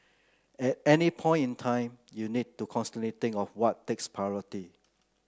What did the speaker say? at any point in time you need to constantly think what takes priority